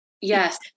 Yes